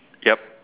yup